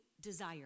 desire